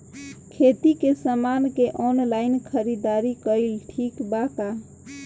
खेती के समान के ऑनलाइन खरीदारी कइल ठीक बा का?